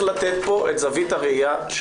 אני חושב שכל אחד צריך לתת כאן את זווית הראייה שלו.